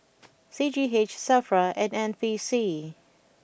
C G H Safra and N P C